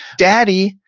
daddy,